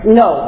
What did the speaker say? no